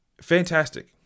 fantastic